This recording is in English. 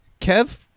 Kev